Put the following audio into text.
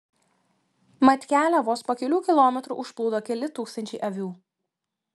mat kelią vos po kelių kilometrų užplūdo keli tūkstančiai avių